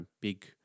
big